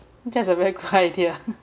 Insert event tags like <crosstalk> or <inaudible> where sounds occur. that's a very good idea <laughs>